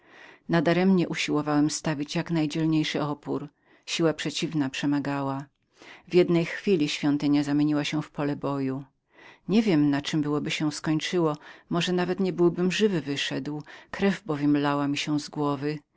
pozostałe pieniądze nadaremnie usiłowałem stawić jak najdzielniejszy opór siła przeciwna była znacznie przemagającą w jednej chwili świątynia zamieniła się w pole boju nie wiem na czem byłoby się skończyło może nie byłbym żywy wyszedł krew bowiem lała mi się z głowy